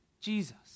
Jesus